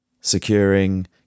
securing